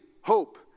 hope